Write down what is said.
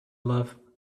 love